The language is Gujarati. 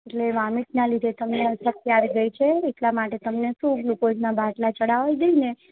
એટલે વામિટનાં લીધે તમને અશક્તિ આવી ગઈ છે એટલાં માટે તમને શું ગ્લુકોઝનાં બાટલાં ચઢાવી દઈએ ને